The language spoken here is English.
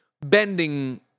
bending